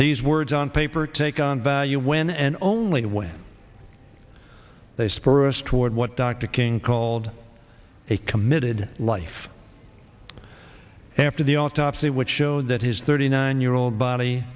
these words on paper take on value when and only when they spur us toward what dr king called a committed life after the autopsy which showed that his thirty nine year old body